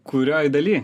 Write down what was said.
kurioj daly